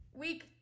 Week